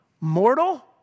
mortal